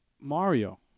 Mario